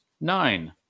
nine